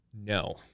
No